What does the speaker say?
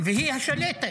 והיא השלטת.